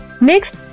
Next